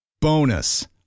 Bonus